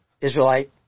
Israelite